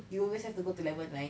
you always have to go to level nine